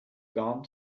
gone